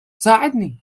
ساعدني